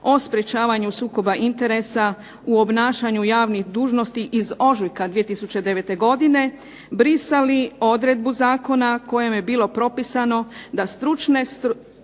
o sprečavanju sukoba interesa u obnašanju javnih dužnosti iz ožujka 2009. godine brisali odredbu zakona kojom je bilo propisano da stručne